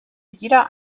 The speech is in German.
jeder